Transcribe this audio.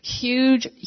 huge